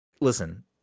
Listen